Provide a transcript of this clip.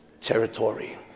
territory